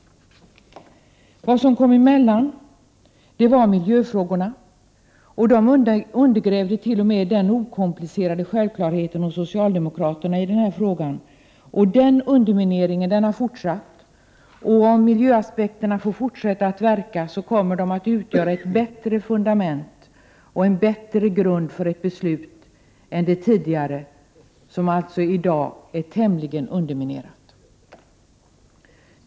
Vad som kom emellan var miljöfrågorna, och dessa undergrävde till och med den okomplicerade självklarheten hos socialdemokraterna i denna fråga. Denna underminering har fortsatt, och om miljöaspekterna får fortsätta att verka kommer de att utgöra ett bättre fundament och en bättre grund för ett beslut än man hade för det tidigare beslutet, som alltså i dag är tämligen underminerat.